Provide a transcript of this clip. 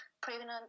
pregnant